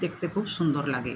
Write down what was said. দেখতে খুব সুন্দর লাগে